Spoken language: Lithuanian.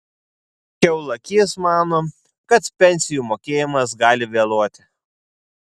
kiaulakys mano kad pensijų mokėjimas gali vėluoti